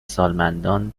سالمندان